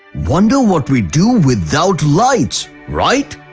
wonder what we'd do without lights, right?